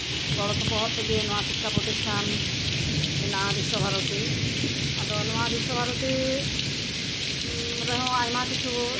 ᱜᱚᱲᱚ ᱥᱚᱯᱚᱦᱚᱫ ᱛᱮᱜᱮ ᱱᱚᱣᱟ ᱥᱤᱠᱠᱷᱟ ᱯᱨᱚᱛᱤᱥᱴᱷᱟᱱ ᱢᱮᱱᱟᱜᱼᱟ ᱵᱤᱥᱥᱚᱵᱷᱟᱨᱚᱛᱤ ᱟᱫᱚ ᱱᱚᱣᱟ ᱵᱤᱥᱥᱚᱵᱷᱟᱨᱚᱛᱤ ᱨᱮᱦᱚᱸ ᱟᱭᱢᱟ ᱠᱤᱪᱷᱩ